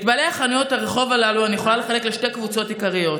את בעלי החנויות הרחוב הללו אני יכולה לחלק לשתי קבוצות עיקריות: